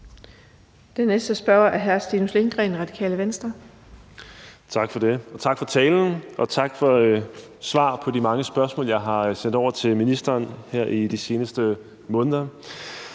Den næste spørger er hr. Stinus Lindgreen, Radikale Venstre. Kl. 19:42 Stinus Lindgreen (RV): Tak for det. Tak for talen, og tak for svar på de mange spørgsmål, jeg har sendt over til ministeren her i de seneste måneder.